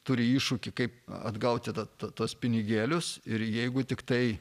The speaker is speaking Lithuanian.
turi iššūkį kaip atgauti tad tuos pinigėlius ir jeigu tiktai